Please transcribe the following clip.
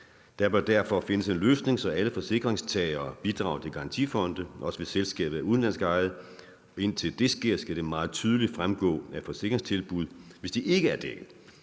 derfor findes en løsning, så alle forsikringstagere bidrager til garantifonde, også hvis selskabet er udenlandsk ejet. Indtil det sker, skal det meget tydeligt fremgå af et forsikringstilbud, hvis de ikke er dækket.